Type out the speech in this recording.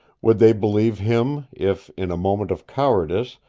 would they believe him if, in a moment of cowardice,